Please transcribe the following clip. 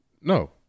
No